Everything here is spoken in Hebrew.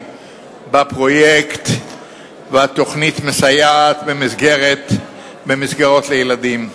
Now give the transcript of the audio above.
בפרויקט והתוכנית מסייעת במסגרות לילדים.